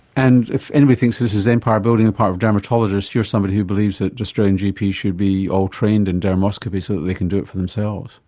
and if anybody thinks this is empire building on the part of dermatologists, you're somebody who believes that australian gps should be all trained in dermoscopy so that they can do it for themselves.